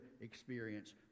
experience